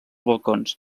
balcons